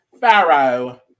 Pharaoh